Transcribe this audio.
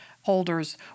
holders